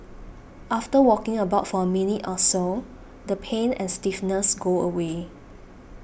after walking about for a minute or so the pain and stiffness go away